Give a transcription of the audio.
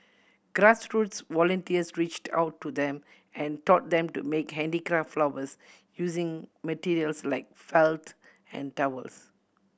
grassroots volunteers reached out to them and taught them to make handicraft flowers using materials like felt and towels